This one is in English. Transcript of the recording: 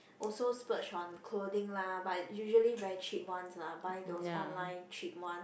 also splurge on clothing lah but usually very cheap ones lah buy those online cheap one